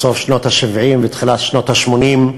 בסוף שנות ה-70 ותחילת שנות ה-80,